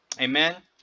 Amen